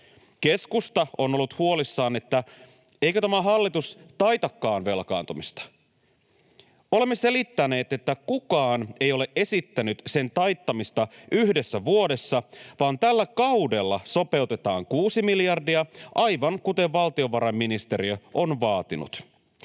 Keskusta on ollut huolissaan, että eikö tämä hallitus taitakaan velkaantumista. Olemme selittäneet, että kukaan ei ole esittänyt sen taittamista yhdessä vuodessa vaan tällä kaudella sopeutetaan 6 miljardia, aivan kuten valtiovarainministeriö on vaatinut.